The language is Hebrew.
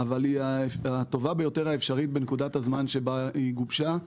אבל היא הטובה ביותר האפשרית בנקודת הזמן בה היא גובשה,